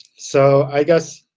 so i guess,